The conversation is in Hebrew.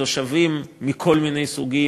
תושבים מכל מיני סוגים,